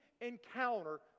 encounter